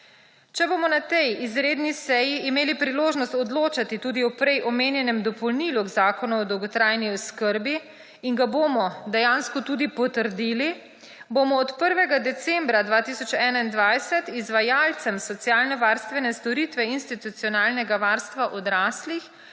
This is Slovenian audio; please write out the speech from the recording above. Če bomo na tej izredni seji imeli priložnost odločati tudi o prej omenjenem dopolnilu k Zakonu o dolgotrajni oskrbi in ga bomo dejansko tudi potrdili, bomo od 1. decembra 2021 izvajalcem socialnovarstvene storitve institucionalnega varstva odraslih